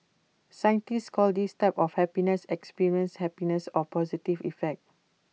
scientists call this type of happiness experienced happiness or positive effect